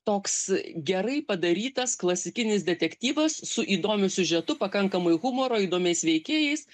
toks gerai padarytas klasikinis detektyvas su įdomiu siužetu pakankamai humoro įdomiais veikėjais